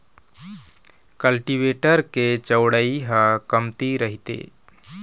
cultivator के चउड़ई ह कमती रहिथे